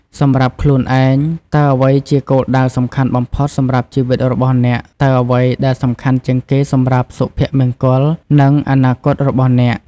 សម្រាប់ខ្លួនឯង តើអ្វីជាគោលដៅសំខាន់បំផុតសម្រាប់ជីវិតរបស់អ្នក? តើអ្វីដែលសំខាន់ជាងគេសម្រាប់សុភមង្គល និងអនាគតរបស់អ្នក?